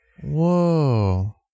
Whoa